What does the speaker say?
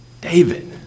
David